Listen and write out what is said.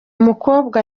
mukobwa